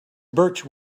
birch